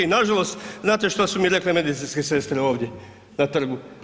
I nažalost, znate što su mi rekle medicinske sestre ovdje na trgu?